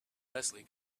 leslie